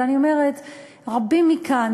אבל אני אומרת: רבים מכאן,